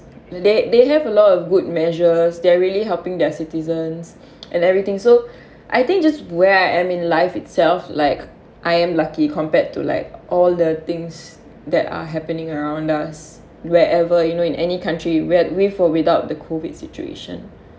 they they have a lot of good measures they are really helping their citizens and everything so I think just where I am in life itself like I am lucky compared to like all the things that are happening around us wherever you know in any country where with or without the COVID situation